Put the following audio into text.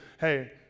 hey